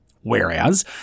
Whereas